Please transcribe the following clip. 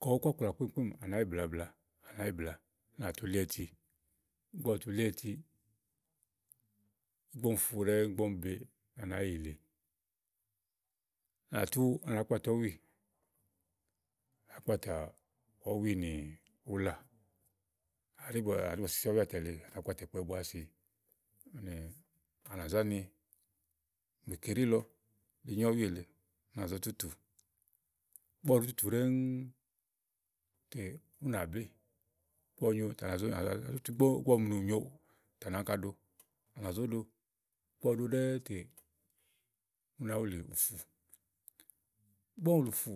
Kàɖi ùú kpàkpà kpimkpim ùni à nàa yi blabla ùni à nà kpàtà àiti ígbɔ ùni fu ɖɛ̀ɛ ù ni be à nàá yì yili ùni à nà kpàtà ɔ́wi mì ulà, ànà ɖi bɔ́sì si ɔ̀wi àtɛ̀lèe, à nà kpàtà akpɛ̀ bùà sii ànà zà ni mékéɖi lɔ enyo ɔ̀wi elèe ànà zò tùtù. Ìgbɔ ɔwe ɖòó tùtù ɖɛ́ɛ tè ù nà bé. Ìgbɔ ɔwɛ ɖòó nyo tè ànà zò ɖo. Ìgbɔ ɔwɛ ɖo ɖɛ́ɛ́ té ù nàá wùlì ùfù nàá wùlì bɔ ùfù.